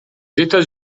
états